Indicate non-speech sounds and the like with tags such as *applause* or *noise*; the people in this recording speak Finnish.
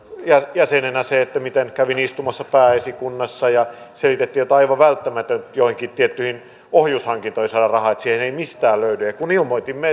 jäsenenä sen miten kävin istumassa pääesikunnassa ja selitettiin että on aivan välttämätöntä joihinkin tiettyihin ohjushankintoihin saada rahaa että siihen ei mistään löydy ja kun ilmoitimme *unintelligible*